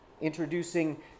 introducing